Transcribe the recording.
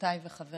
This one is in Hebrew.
חרדים כבר